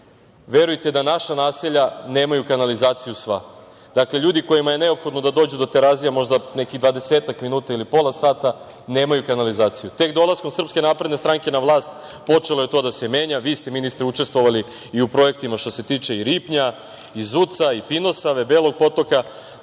verujte da naša naselja nemaju kanalizaciju sva. Dakle, ljudi kojima je neophodno da dođu do Terazija možda dvadesetak minuta ili pola sata, nemaju kanalizaciju. Tek dolaskom SNS na vlast počelo je to da se menja. Vi ste, ministre, učestovali i u projektima i što se tiče i Ripnja i Zuca i Pinosave, Belog Potoka.